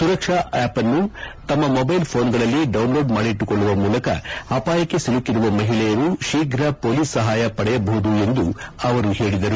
ಸುರಕ್ಷಾ ಆವ್ನ್ನು ತಮ್ಮ ಮೊಬೈಲ್ ಕೋನ್ಗಳಲ್ಲಿ ಡೌನ್ಲೋಡ್ ಮಾಡಿಟ್ಟುಕೊಳ್ಳುವ ಮೂಲಕ ಆಪಾಯಕ್ಕೆ ಸಿಲುಕಿರುವ ಮಹಿಳೆಯರು ಶೀಘ ಪೋಲೀಸ್ ಸಹಾಯ ಪಡೆಯಬಹುದು ಎಂದು ಆವರು ಪೇಳಿದರು